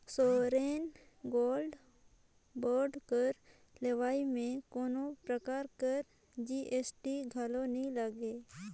sovereign gold bond कर लेवई में कोनो परकार कर जी.एस.टी घलो नी लगे